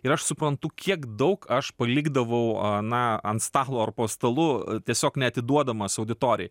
ir aš suprantu kiek daug aš palikdavau na ant stalo ar po stalu tiesiog neatiduodamas auditorijai